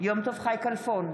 יום טוב חי כלפון,